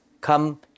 come